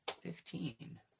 Fifteen